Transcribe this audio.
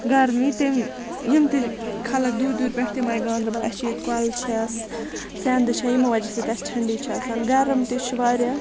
گرمی یِم تہِ خَلَق دوٗرِ دوٗرِ پٮ۪ٹھ تِم آے گانٛدَربَل اَسہِ چھِ ییٚتہِ کۄلہٕ چھَس سیٚنٛدٕ چھِ یمو وجہِ سۭتۍ اَسہِ ٹھَنڈی چھِ آسان گَرٕم تہِ چھُ واریاہ